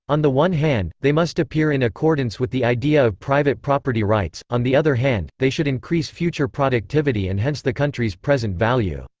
on the one hand, they must appear in accordance with the idea of private property rights on the other hand, they should increase future productivity and hence the country's present value.